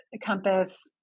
Compass